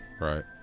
Right